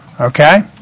Okay